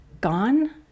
gone